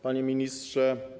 Panie Ministrze!